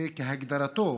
זה כהגדרתו.